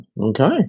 okay